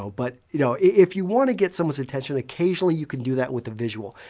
so but you know if you want to get someone's attention, occasionally you can do that with a visual,